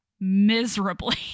miserably